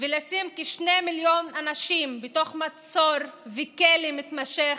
ולשים כשני מיליון אנשים בתוך מצור וכלא מתמשך,